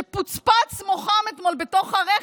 שפוצפץ מוחם אתמול בתוך הרכב,